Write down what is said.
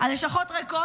אך להפתעת האורחים,